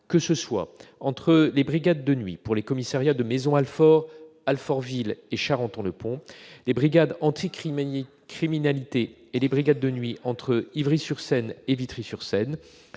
que ce soit entre les brigades de nuit pour les commissariats de Maisons-Alfort, d'Alfortville et de Charenton-le-Pont ; entre les brigades anti-criminalité, ou BAC, et les brigades de nuit d'Ivry-sur-Seine et de Vitry-sur-Seine